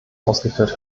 ausgeführt